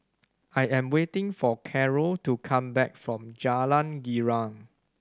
I am waiting for Carole to come back from Jalan Girang